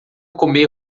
comer